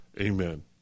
Amen